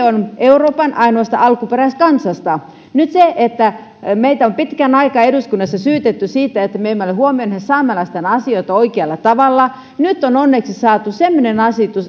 on euroopan ainoasta alkuperäiskansasta nyt meitä on pitkän aikaa eduskunnassa syytetty siitä että me emme ole huomioineet saamelaisten asioita oikealla tavalla nyt on onneksi saatu semmoinen